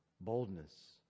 boldness